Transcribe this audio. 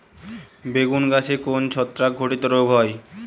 বেগুন গাছে কোন ছত্রাক ঘটিত রোগ হয়?